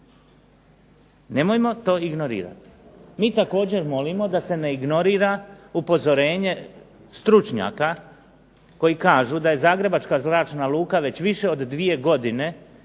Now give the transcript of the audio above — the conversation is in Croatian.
Nemojmo to ignorirati. Mi također molimo da se ne ignorira upozorenje stručnjaka koji kažu, da je Zagrebačka zračna luka već više od dvije godine